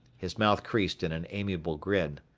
his mouth creased in an amiable grin.